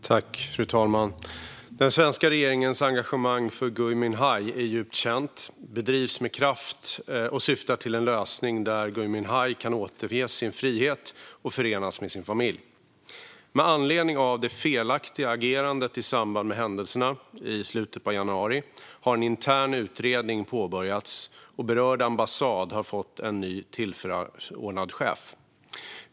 Fru talman! Den svenska regeringens engagemang för Gui Minhai är djupt känt. Det bedrivs med kraft och syftar till en lösning där Gui Minhai kan återfå sin frihet och förenas med sin familj. Med anledning av det felaktiga agerandet i samband med händelserna i slutet av januari har en intern utredning påbörjats, och berörd ambassad har fått en ny tillförordnad chef.